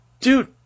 Dude